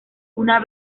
una